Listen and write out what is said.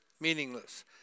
meaningless